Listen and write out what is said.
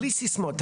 בלי סיסמאות,